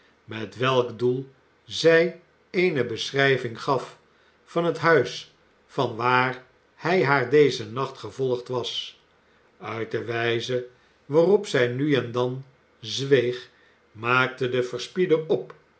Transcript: met welk doel zij eene beschrijving gaf van het huis van waar hij haar dezen nacht gevolgd was uit de wijze waarop zij nu en dan zweeg maakte de verspieder op